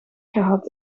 gehad